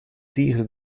tige